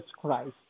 Christ